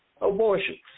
Abortions